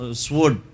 sword